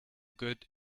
good